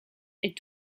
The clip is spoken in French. est